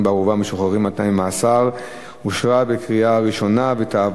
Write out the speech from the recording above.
בערובה ומשוחררים על-תנאי ממאסר (הוראת שעה) (תיקון),